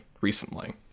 recently